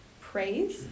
praise